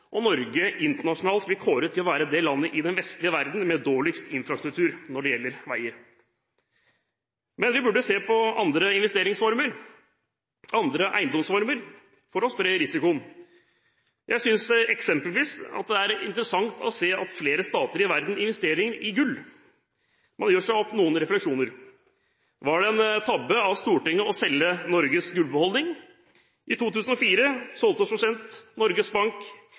at Norge internasjonalt blir kåret til det landet i den vestlige verden med dårligst infrastruktur når det gjelder veier. Vi burde se på andre investeringsformer og andre eiendomsformer for å spre risikoen. Jeg synes eksempelvis at det er interessant å se at flere stater i verden investerer i gull. Man gjør seg noen refleksjoner. Var det en tabbe av Stortinget å selge Norges gullbeholdning? I 2004 solgte som kjent Norges Bank,